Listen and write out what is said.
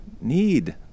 need